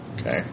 Okay